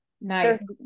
nice